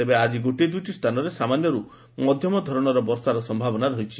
ତେବେ ଆଜି ଗୋଟିଏ ଦୁଇଟି ସ୍ସାନରେ ସାମାନ୍ୟରୁ ମଧ୍ଧମ ଧରଣର ବର୍ଷାର ସମ୍ଭାବନା ରହିଛି